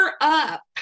up